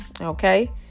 Okay